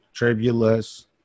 tribulus